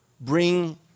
bring